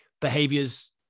behaviors